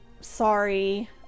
sorry